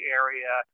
area